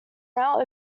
now